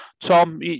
Tom